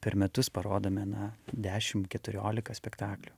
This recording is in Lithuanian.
per metus parodome na dešim keturiolika spektaklių